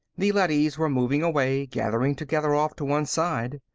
the leadys were moving away, gathering together off to one side.